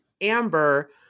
amber